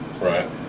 Right